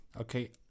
Okay